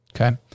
Okay